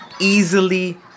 easily